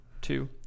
two